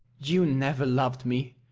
you never loved me.